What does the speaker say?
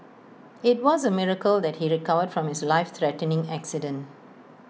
IT was A miracle that he recovered from his life threatening accident